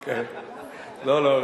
לא, לא.